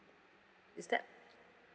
is that